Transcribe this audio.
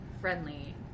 friendly